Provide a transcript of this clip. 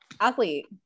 athlete